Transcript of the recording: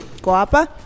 Coapa